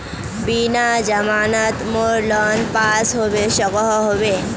बिना जमानत मोर लोन पास होबे सकोहो होबे?